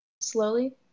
Slowly